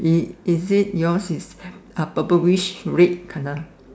is is it yours is uh purplish red colour